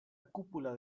cúpula